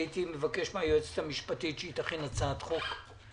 הייתי מבקש מהיועצת המשפטית שתכין הצעת החוק.